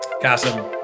Kasim